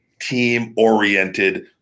team-oriented